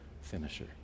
finisher